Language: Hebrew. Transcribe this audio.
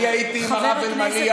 אני הייתי עם הרב אלמליח,